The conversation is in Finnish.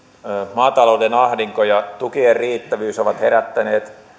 maatalouden ahdinko ja tukien riittävyys ovat herättäneet